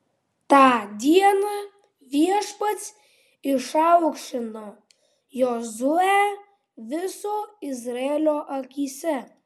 tą dieną viešpats išaukštino jozuę viso izraelio akyse